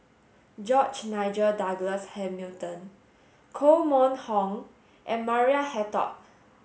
George Nigel Douglas Hamilton Koh Mun Hong and Maria Hertogh